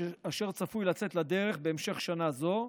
אשר צפוי לצאת לדרך בהמשך שנה זו,